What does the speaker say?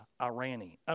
Iranian